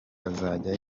azajya